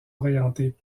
orientés